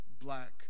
Black